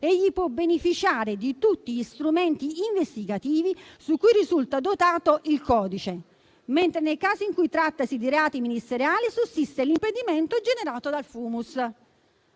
egli può beneficiare di tutti gli strumenti investigativi di cui risulta dotato il codice, mentre nei casi in cui trattasi di reati ministeriali sussiste l'impedimento generato dal